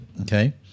okay